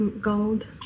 gold